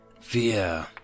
Fear